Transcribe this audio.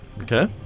Okay